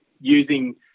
using